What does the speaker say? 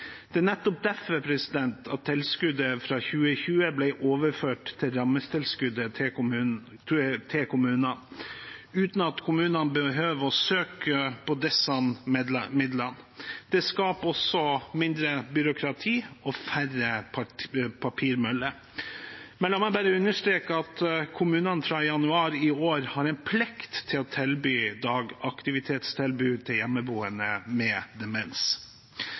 Det er nettopp derfor tilskuddet fra 2020 ble overført til rammetilskuddet til kommunene, uten at kommunene behøver å søke om disse midlene. Det skaper også mindre byråkrati og papirmølle. Men la meg bare understreke at kommunene fra januar i år har en plikt til å tilby dagaktivitetstilbud til hjemmeboende med demens.